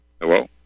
Hello